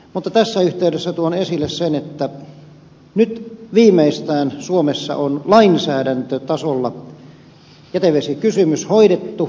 mutta tässä yhteydessä tuon esille sen että nyt viimeistään suomessa on lainsäädäntötasolla jätevesikysymys hoidettu